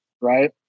right